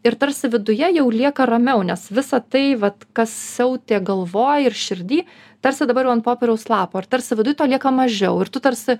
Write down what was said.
ir tarsi viduje jau lieka ramiau nes visą tai vat kas siautė galvoj ir širdy tarsi dabar jau ant popieriaus lapo ir tarsi viduj to lieka mažiau ir tu tarsi